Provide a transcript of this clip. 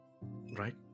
Right